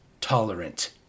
tolerant